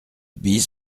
bis